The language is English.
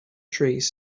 trees